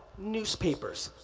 newspapers.